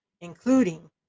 including